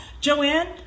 Joanne